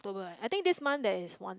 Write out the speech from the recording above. ~tober I think this month there's one